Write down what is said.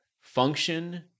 function